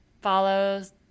follows